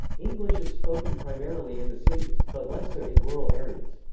english is spoken primarily in the cities, but less so in rural areas.